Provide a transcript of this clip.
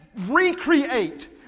recreate